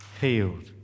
healed